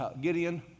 Gideon